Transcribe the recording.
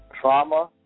trauma